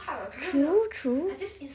true true